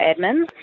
admin